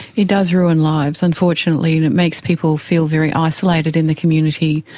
it does ruin lives unfortunately and it makes people feel very isolated in the community.